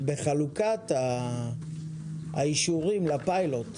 בחלוקת האישורים לפיילוט,